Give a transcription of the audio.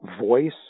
voice